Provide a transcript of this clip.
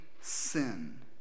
sin